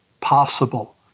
possible